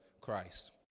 Christ